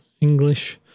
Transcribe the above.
English